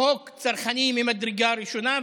חוק צרכני ממדרגה ראשונה,